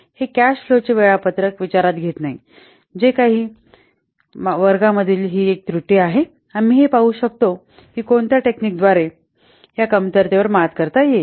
हे कॅश फ्लोचे वेळापत्रक विचारात घेत नाही जे काही वर्गांमधील ही एक त्रुटी आहे आम्ही हे पाहू शकतो कि कोणत्या टेकनिद्वारे ह्या कमतरते वर मात करता येईल